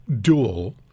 dual